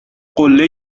قله